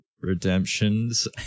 Redemptions